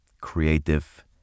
creative